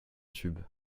tubes